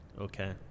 Okay